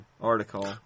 article